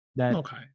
Okay